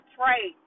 pray